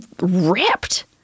ripped